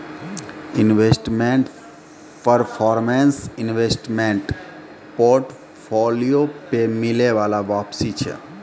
investment performance investment portfolio पे मिलै बाला वापसी छै